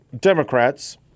Democrats